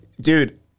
Dude